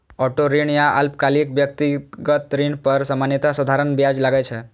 auto ऋण या अल्पकालिक व्यक्तिगत ऋण पर सामान्यतः साधारण ब्याज लागै छै